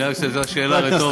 אני רק, זאת שאלה רטורית.